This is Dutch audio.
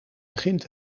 begint